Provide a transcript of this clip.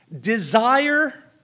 desire